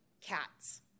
cats